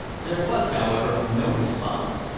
there was, however, no response.